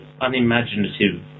unimaginative